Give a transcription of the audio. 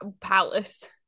palace